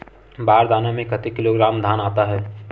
बार दाना में कतेक किलोग्राम धान आता हे?